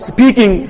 Speaking